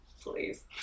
please